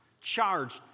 charged